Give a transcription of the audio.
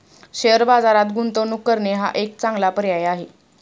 share बाजारात गुंतवणूक करणे हा एक चांगला पर्याय आहे